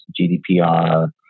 GDPR